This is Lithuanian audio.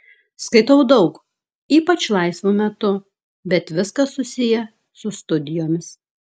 skaitau daug ypač laisvu metu bet viskas susiję su studijomis